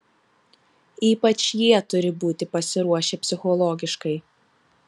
ypač jie turi būti pasiruošę psichologiškai